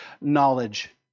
knowledge